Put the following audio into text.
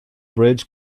bridge